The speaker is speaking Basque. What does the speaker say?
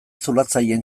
zulatzaileen